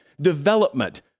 Development